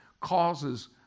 causes